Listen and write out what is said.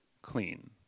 clean